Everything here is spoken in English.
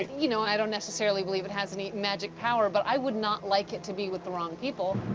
you know, and i don't necessarily believe it has any magic power, but i would not like it to be with the wrong people.